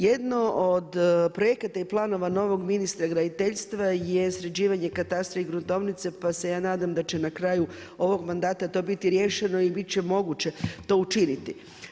Jedno od projekata i planova novog ministra graditeljstva je sređivanje katastra i gruntovnice, pa se ja nadam da će na kraju ovog mandata to biti riješeno i biti će moguće to učiniti.